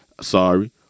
sorry